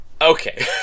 Okay